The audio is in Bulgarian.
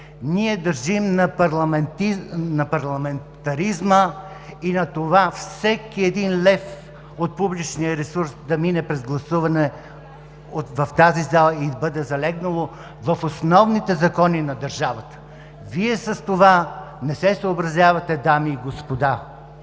Ние държим на парламентаризма и на това всеки един лев от публичния ресурс да мине през гласуване в тази зала и да залегне в основните закони на държавата. Вие с това не се съобразявате, дами и господа.